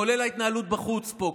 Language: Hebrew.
כולל ההתנהלות בחוץ פה,